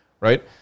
Right